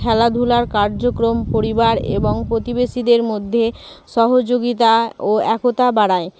খেলাধূলার কার্যক্রম পরিবার এবং প্রতিবেশীদের মধ্যে সহযোগিতা ও একতা বাড়ায়